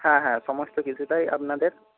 হ্যাঁ হ্যাঁ সমস্ত কিছুটাই আপনাদের